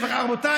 רבותיי,